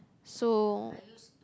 so